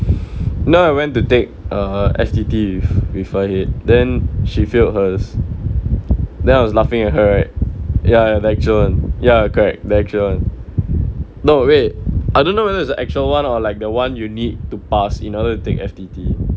know I went to take uh F_T_T with five then she failed hers then I was laughing at her right ya the actual one ya correct the actual one no wait I don't know whether it's the actual one or like the one you need to pass in order to take F_T_T